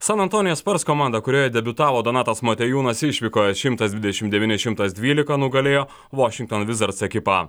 san antonijo spars komanda kurioje debiutavo donatas motiejūnas išvykoje šimtas dvidešim devyni šimtas dvylika nugalėjo vošington vizards ekipą